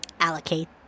allocate